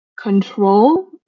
control